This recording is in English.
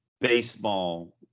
baseball